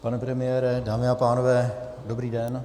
Pane premiére, dámy a pánové, dobrý den.